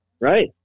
right